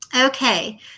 Okay